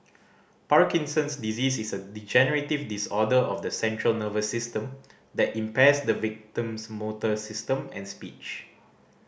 Parkinson's disease is a degenerative disorder of the central nervous system that impairs the victim's motor system and speech